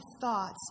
thoughts